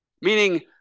meaning